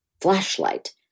flashlight